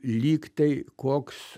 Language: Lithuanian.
lyg tai koks